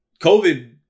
COVID